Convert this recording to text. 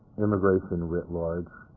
immigration writ large,